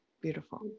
Beautiful